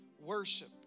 Worship